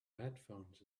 headphones